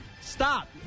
stop